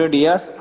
years